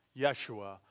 Yeshua